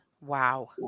Wow